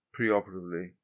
preoperatively